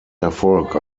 erfolg